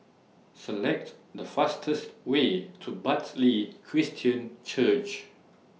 Select The fastest Way to Bartley Christian Church